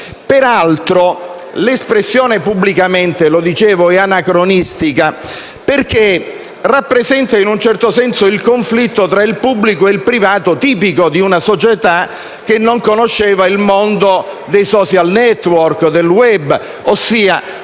che l'espressione «pubblicamente» è anacronistica perché rappresenta, in un certo senso, il conflitto tra il pubblico e il privato, tipico di una società che non conosceva il mondo dei *social network* e del *web*.